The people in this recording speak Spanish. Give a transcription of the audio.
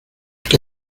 que